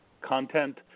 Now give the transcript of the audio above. content